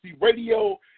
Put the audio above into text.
radio